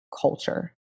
culture